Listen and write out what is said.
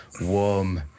warm